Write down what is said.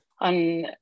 On